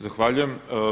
Zahvaljujem.